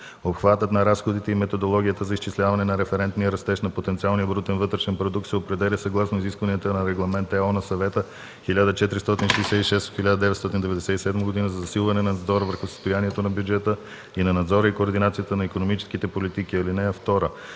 Обхватът на разходите и методологията за изчисляване на референтния растеж на потенциалния брутен вътрешен продукт се определят съгласно изискванията на Регламент (ЕО) на Съвета 1466/1997 за засилване на надзора върху състоянието на бюджета и на надзора и координацията на икономическите политики.